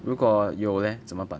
如果有 leh 怎么办